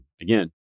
Again